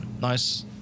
nice